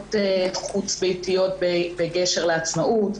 לבוגרות חוץ ביתיות בקשר לעצמאות,